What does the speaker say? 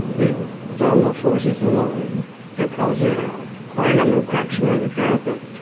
the thermal forces alone have caused quite a number of cracks around the parapet.